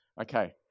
Okay